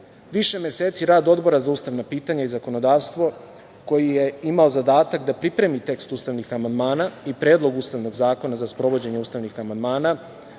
više meseci rad Odbora za ustavna pitanja i zakonodavstvo, koji je imao zadatak da pripremi tekst ustavnih amandmana i Predlog Ustavnog zakona za sprovođenje ustavnih amandmana.